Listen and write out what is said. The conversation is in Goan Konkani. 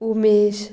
उमेश